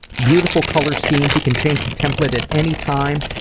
beautiful color schemes. you can change the template at any time.